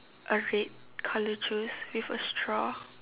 a red colour juice with a straw